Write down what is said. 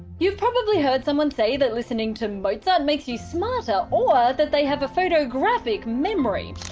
you've probably heard someone say that listening to mozart makes you smarter or that they have a photographic memory.